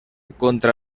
contra